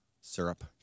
Syrup